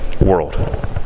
world